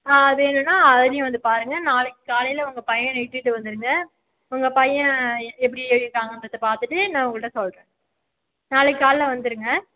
அது வேணுன்னால் அதையும் வந்து பாருங்கள் நாளைக்கு காலையில் உங்கள் பையனை இட்டுகிட்டு வந்துடுங்க உங்கள் பையன் எப்படி எழுதியிருக்காங்கன்றத பார்த்துட்டு நான் உங்கள்கிட்ட சொல்கிறேன் நாளைக்கு காலையில் வந்துடுங்க